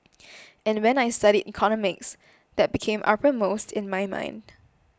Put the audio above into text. and when I studied economics that became uppermost in my mind